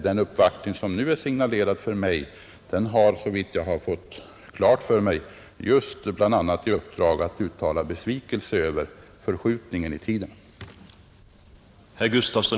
Den uppvaktning som nu är aviserad har såvitt jag har fått klart för mig just i uppdrag att bl.a. uttala besvikelse över förskjutningen i tiden,